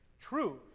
Truth